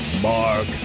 Mark